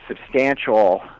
substantial